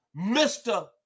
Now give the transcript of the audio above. Mr